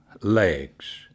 legs